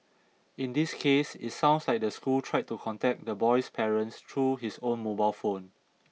in this case it sounds like the school tried to contact the boy's parents through his own mobile phone